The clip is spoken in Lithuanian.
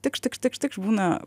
tikšt tikšt tikšt būna